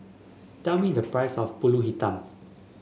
tell me the price of pulut hitam